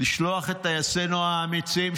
לשלוח את טייסינו האמיצים,